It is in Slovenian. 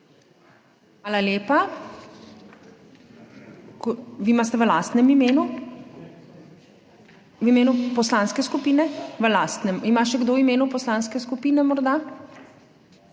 Hvala lepa. Vi imate v lastnem imenu? V imenu poslanske skupine? Aha, v lastnem. Ima morda še kdo v imenu poslanske skupine?